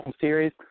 series